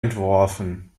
entworfen